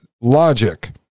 logic